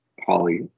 Holly